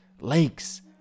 lakes